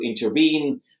intervene